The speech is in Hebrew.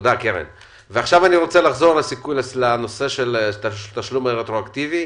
עכשיו אני רוצה לחזור לנושא של התשלום הרטרואקטיבי.